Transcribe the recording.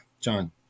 John